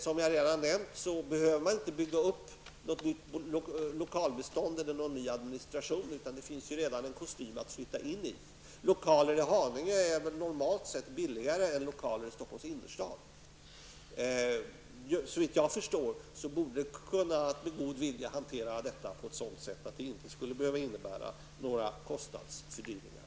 Som jag redan har nämnt behöver man inte bygga upp något nytt lokalbestånd eller någon ny administration. Det finns redan en kostym att flytta in i. Lokaler i Haninge är väl normalt sett billigare än lokaler i Stockholms innerstad. Såvitt jag förstår borde det med god vilja kunna gå att hantera detta på ett sådant sätt att det inte skulle behöva innebära några kostnadsfördyringar.